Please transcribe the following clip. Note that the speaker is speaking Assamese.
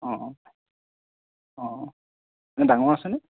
নে ডাঙৰ আছেনে